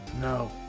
no